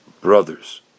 brothers